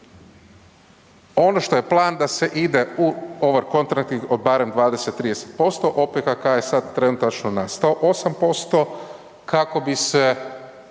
Ono što je plan da se ide u Overcontracting od barem 20-30%, OPKK je sad trenutačno na 108% kako bi se